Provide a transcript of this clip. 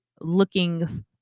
looking